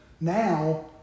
now